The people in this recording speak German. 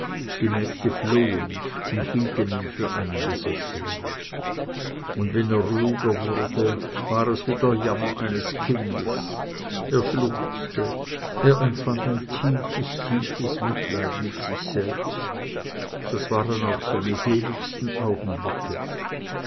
die mägde flohen und hielten ihn für einen besessenen und wenn er ruhiger wurde war es wie der jammer eines kindes er schluchzte er empfand ein tiefes tiefes mitleid mit sich selbst das waren auch seine seligsten augenblicke